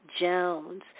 Jones